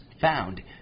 found